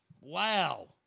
Wow